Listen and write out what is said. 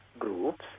Groups